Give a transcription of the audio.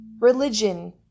religion